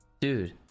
dude